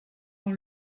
dans